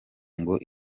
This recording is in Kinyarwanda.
ngo